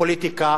לפוליטיקה